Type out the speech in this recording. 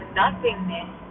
nothingness